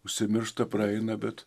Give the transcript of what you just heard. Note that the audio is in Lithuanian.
užsimiršta praeina bet